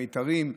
המיתרים,